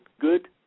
good